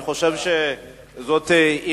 אני חושב שזו שערורייה,